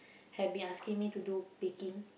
have been asking me to do baking